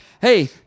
hey